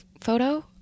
photo